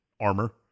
armor